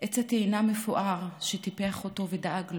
עץ תאנה מפואר שהוא טיפח אותו ודאג לו.